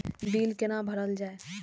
Bill कैना भरल जाय?